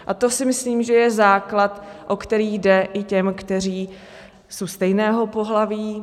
A to si myslím, že je základ, o který jde i těm, kteří jsou stejného pohlaví.